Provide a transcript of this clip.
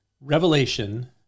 Revelation